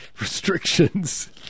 restrictions